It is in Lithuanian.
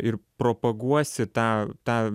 ir propaguosi tą tą